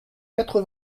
quatre